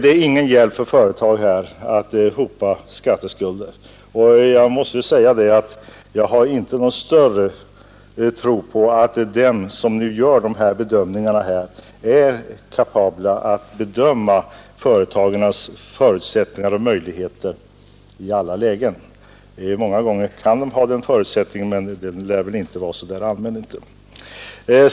Det är ingen verklig hjälp för ett företag att på detta sätt få hopa skatteskulder. Jag har heller inte någon större tro på att de som gör dessa bedömningar är kapabla att rätt bedöma företagens förutsättningar och möjligheter i alla lägen. Många gånger kan de ha en sådan förmåga, men det lär inte vara så ofta.